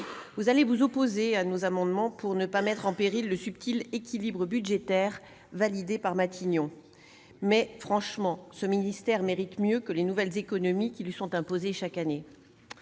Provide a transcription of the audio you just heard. Vous allez vous opposer à nos amendements pour ne pas mettre en péril le subtil équilibre budgétaire validé par Matignon. Mais, franchement, ce ministère mérite mieux que les nouvelles économies qui lui sont imposées chaque année.